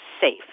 safe